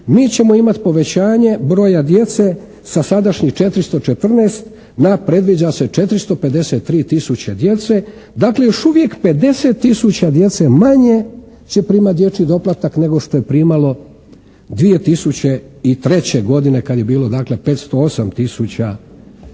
mi ćemo imati povećanje broja djece sa sadašnjih 414 na predviđa se 453 tisuće djece, dakle još uvijek 50 tisuća djece manje će primati dječji doplatak nego što je primalo 2003. godine kad je bilo dakle 508 tisuća djece